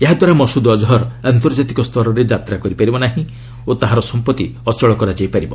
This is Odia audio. ଏହାଦ୍ୱାରା ମସୁଦ ଅଜହର ଆର୍ନ୍ତଜାତିକ ସ୍ତରରେ ଯାତ୍ରା କରିପାରିବ ନାହିଁ ଓ ତାହାର ସମ୍ପଭି ଅଚଳ କରାଯାଇପାରିବ